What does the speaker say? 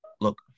look